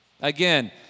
Again